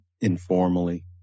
informally